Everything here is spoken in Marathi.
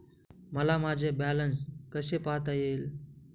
मला माझे बॅलन्स कसे पाहता येईल?